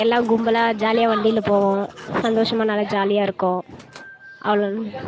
எல்லாம் கும்பலாக ஜாலியாக வண்டியில் போவோம் சந்தோஷமாக நல்லா ஜாலியாக இருக்கும் அவ்வளோ